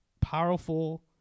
powerful